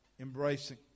embracing